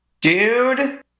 Dude